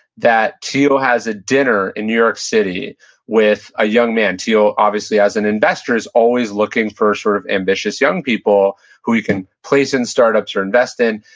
that thiel has a dinner in new york city with a young man. thiel obviously, as an investor is always looking for sort of ambitious young people who he can place in startups or invest in,